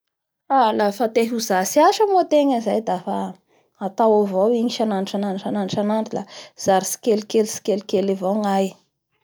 Ha, lafa te hozatry asa moa tegna zay dafa atao avao igny isanandro isanandro, la zary tsikelikely tsikellikely avao gnay.